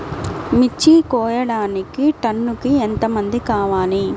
మిర్చి కోయడానికి టన్నుకి ఎంత మంది కావాలి?